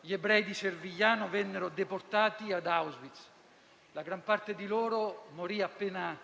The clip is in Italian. gli ebrei di Servigliano vennero deportati ad Auschwitz: la gran parte di loro morì non appena